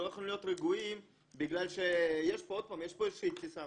אנחנו לא יכולים להיות רגועים בגלל שיש פה איזה שהיא תסיסה,